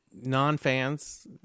non-fans